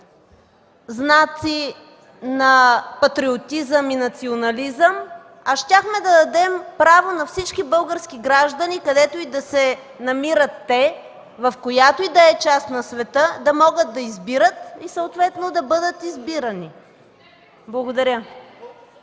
знаци на патриотизъм и национализъм, а щяхме да дадем право на всички български граждани, където и да се намират те, в която и да е част на света, да могат да избират и съответно да бъдат избирани. Благодаря.